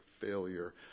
failure